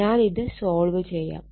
ഞാൻ ഇത് സോൾവ് ചെയ്യാം